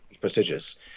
prestigious